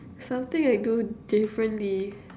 something I do differently